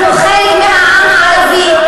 אנחנו חלק מהעם הערבי.